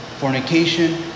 fornication